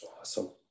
awesome